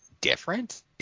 different